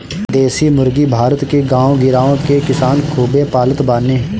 देशी मुर्गी भारत के गांव गिरांव के किसान खूबे पालत बाने